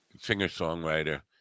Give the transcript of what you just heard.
singer-songwriter